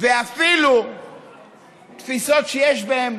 ואפילו תפיסות שיש בהן